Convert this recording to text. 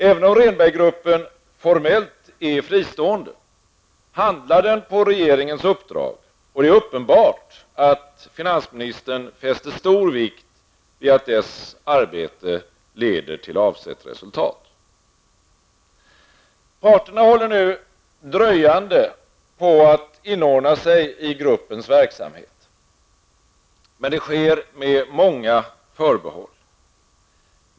Även om Rehnberg-gruppen formellt är fristående, handlar den på regeringens uppdrag, och det är uppenbart att finansministern fäster stor vikt vid att dess arbete leder till avsett resultat. Parterna håller nu dröjande på att inordna sig i gruppens verksamhet. Men det sker med många förbehåll.